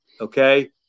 okay